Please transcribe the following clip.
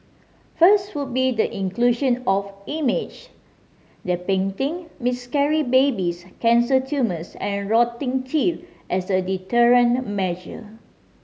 first would be the inclusion of image depicting miscarried babies cancer tumours and rotting teeth as a deterrent measure